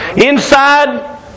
Inside